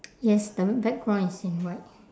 yes the background is in white